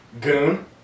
Goon